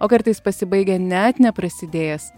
o kartais pasibaigia net neprasidėjęs